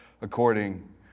according